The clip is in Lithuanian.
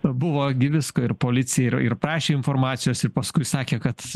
buvo gi visko ir policija ir ir prašė informacijos ir paskui sakė kad